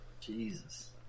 Jesus